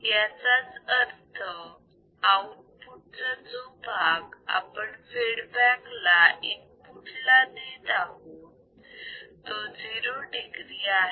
याचाच अर्थ आउटपुट चा जो भाग आपण फीडबॅक म्हणून इनपुट ला देत आहोत तो 0degree आहे